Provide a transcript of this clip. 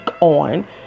on